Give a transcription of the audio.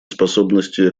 способностью